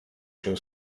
się